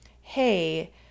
Hey